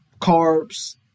Carbs